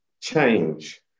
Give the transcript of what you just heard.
change